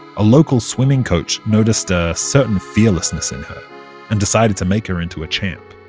a local swimming coach noticed a certain fearlessness and and decided to make her into a champ.